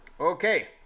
Okay